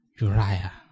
Uriah